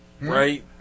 Right